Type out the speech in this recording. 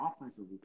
offensively